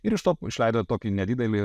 ir iš to išleido tokį nedidelį